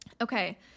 okay